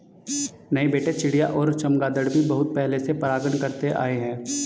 नहीं बेटे चिड़िया और चमगादर भी बहुत पहले से परागण करते आए हैं